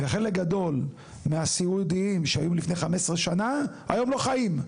וחלק גדול מהסיעודיים שהיו לפני 15 שנה היום לא חיים.